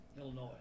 Illinois